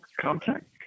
contact